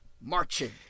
Marching